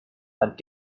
and